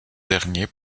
dernier